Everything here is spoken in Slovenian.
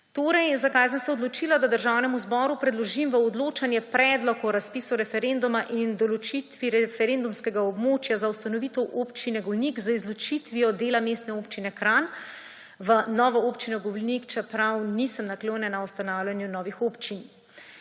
Torej, zakaj sem se odločila, da Državnemu zboru predložim v odločanje Predlog o razpisu referenduma in določitvi referendumskega območja za ustanovitev Občine Golnik z izločitvijo dela Mestne občine Kranj v novo Občino Golnik, čeprav nisem naklonjena ustanavljanju novih občin?